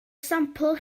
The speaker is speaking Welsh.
sampl